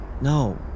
No